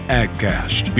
agcast